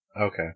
Okay